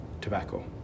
tobacco